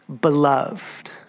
beloved